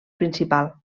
principal